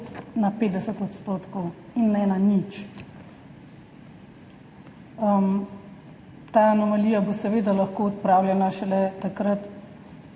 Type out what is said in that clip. na 50 % in ne na nič. Ta anomalija bo seveda lahko odpravljena šele z